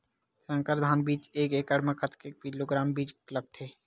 संकर धान बीज एक एकड़ म कतेक किलोग्राम बीज लगथे?